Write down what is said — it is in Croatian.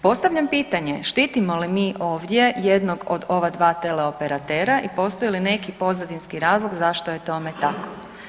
Postavlja pitanje, štitimo li mi ovdje jednog od ova dva teleoperatera i postoji li neki pozadinski razloga zašto je tome tako?